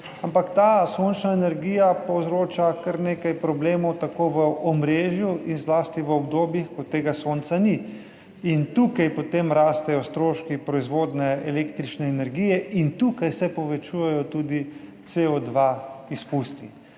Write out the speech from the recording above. ampak ta sončna energija povzroča kar nekaj problemov v omrežju in zlasti v obdobjih, ko sonca ni. Tukaj potem rastejo stroški proizvodnje električne energije in povečujejo se tudi izpusti